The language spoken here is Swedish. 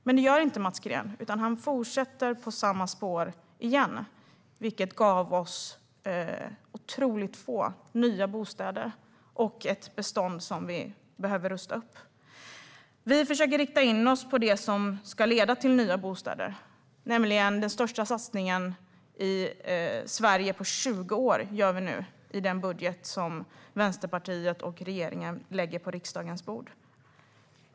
Men det gör inte Mats Green, utan han vill fortsätta på samma spår igen, vilket gav oss otroligt få nya bostäder och ett bestånd som behöver rustas upp. Vi försöker rikta in oss på det som ska leda till nya bostäder. Vi gör nämligen den största satsningen i Sverige på 20 år i den budget som Vänsterpartiet och regeringen lägger på riksdagens bord.